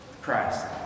Christ